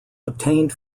obtained